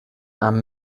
amb